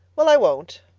well, i won't.